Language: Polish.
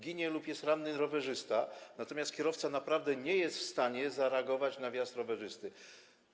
Ginie lub jest ranny rowerzysta, natomiast kierowca naprawdę nie jest w stanie zareagować na wjazd rowerzysty.